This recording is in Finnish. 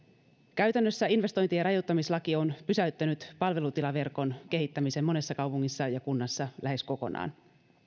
käytännössä investointien rajoittamislaki on pysäyttänyt palvelutilaverkon kehittämisen monessa kaupungissa ja ja kunnassa lähes kokonaan